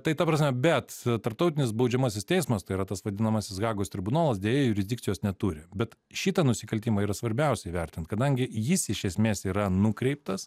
tai ta prasme bet tarptautinis baudžiamasis teismas tai yra tas vadinamasis hagos tribunolas deja jurisdikcijos neturi bet šitą nusikaltimą yra svarbiausia įvertint kadangi jis iš esmės yra nukreiptas